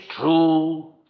true